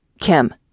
Kim